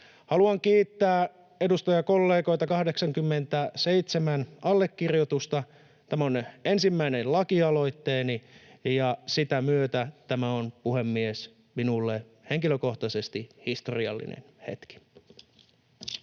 Haluan kiittää edustajakollegoita: 87 allekirjoitusta. Tämä on ensimmäinen lakialoitteeni, ja sitä myötä tämä on, puhemies, minulle henkilökohtaisesti historiallinen hetki. [Speech